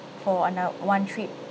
for an uh one trip